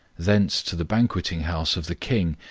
thence to the banqueting house of the king,